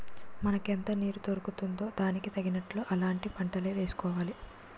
మనకెంత నీరు దొరుకుతుందో దానికి తగినట్లు అలాంటి పంటలే వేసుకోవాలి